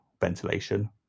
ventilation